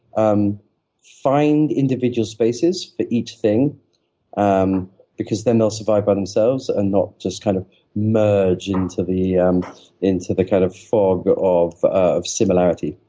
um find individual spaces for each thing um because then they'll survive by themselves and not just kind of merge into the um into the kind of fog of of similarity.